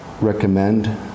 recommend